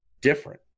different